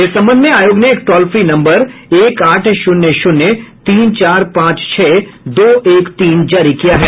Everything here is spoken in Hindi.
इस संबंध में आयोग ने एक टोल फ्री नम्बर एक आठ शून्य शून्य तीन चार पांच छह दो एक तीन जारी किया है